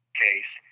case